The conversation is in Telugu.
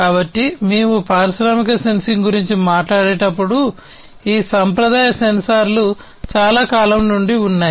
కాబట్టి మేము పారిశ్రామిక సెన్సింగ్ గురించి మాట్లాడేటప్పుడు ఈ సంప్రదాయ సెన్సార్లు చాలా కాలం నుండి ఉన్నాయి